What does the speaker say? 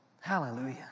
Hallelujah